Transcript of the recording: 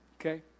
Okay